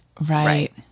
Right